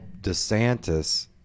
desantis